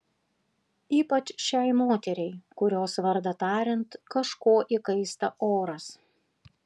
ypač šiai moteriai kurios vardą tariant kažko įkaista oras